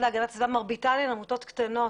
להגנת הסביבה מרביתן הן עמותות קטנות,